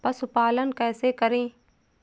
पशुपालन कैसे करें?